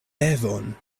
devon